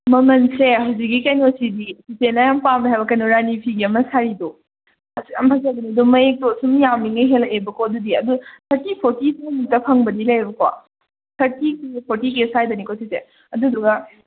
ꯃꯃꯟꯁꯦ ꯍꯧꯖꯤꯛꯀꯤ ꯀꯩꯅꯣꯁꯤꯗꯤ ꯆꯤꯆꯦꯅ ꯌꯥꯝ ꯄꯥꯝꯃꯦ ꯍꯥꯏꯕ ꯀꯩꯅꯣ ꯔꯥꯟꯅꯤ ꯐꯤꯒꯤ ꯑꯃ ꯁꯥꯔꯤꯗꯣ ꯑꯁ ꯌꯥꯝ ꯐꯖꯕꯅꯦ ꯑꯗꯣ ꯃꯌꯦꯛꯇꯣ ꯁꯨꯝ ꯌꯥꯝꯃꯤꯉꯩ ꯍꯦꯜꯂꯛꯑꯦꯕꯀꯣ ꯑꯗꯨꯗꯤ ꯑꯗꯣ ꯊꯥꯔꯇꯤ ꯐꯣꯔꯇꯤ ꯁꯤꯃꯨꯛꯇ ꯐꯪꯕꯗꯤ ꯂꯩꯌꯦꯕꯀꯣ ꯊꯥꯔꯇꯤ ꯀꯦ ꯐꯣꯔꯇꯤ ꯀꯦ ꯁ꯭ꯋꯥꯏꯗꯅꯤꯀꯣ ꯁꯤꯁꯦ ꯑꯗꯨꯗꯨꯒ